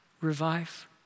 revive